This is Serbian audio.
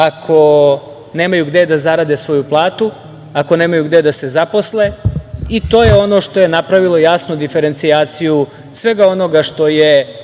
ako nemaju gde da zarade svoju platu, ako nemaju gde da se zaposle. To je ono što je napravilo jasnu diferencijaciju svega onoga što je